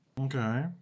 Okay